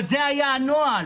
אבל זה היה הנוהל,